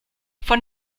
von